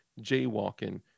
Jaywalking